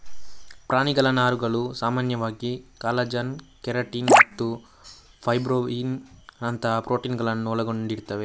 ಪ್ರಾಣಿಗಳ ನಾರುಗಳು ಸಾಮಾನ್ಯವಾಗಿ ಕಾಲಜನ್, ಕೆರಾಟಿನ್ ಮತ್ತು ಫೈಬ್ರೋಯಿನ್ ನಂತಹ ಪ್ರೋಟೀನುಗಳನ್ನ ಒಳಗೊಂಡಿರ್ತವೆ